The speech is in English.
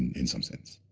in some sense.